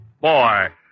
boy